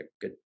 good